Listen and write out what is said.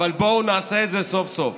אבל בואו נעשה את זה סוף-סוף.